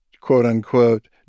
quote-unquote